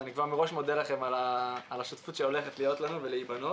אני כבר מראש מודה לכן על השותפות שהולכת להיות לנו ולהיבנות,